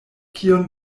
kion